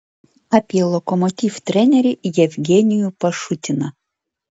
apie lokomotiv trenerį jevgenijų pašutiną